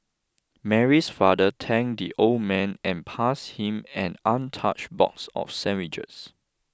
Mary's father thanked the old man and passed him an untouched box of sandwiches